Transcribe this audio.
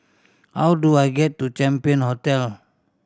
how do I get to Champion Hotel